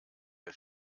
der